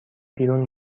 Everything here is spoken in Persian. بیرون